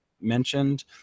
mentioned